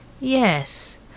Yes